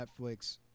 Netflix